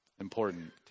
important